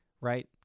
Right